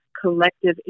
collective